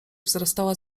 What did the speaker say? wzrastała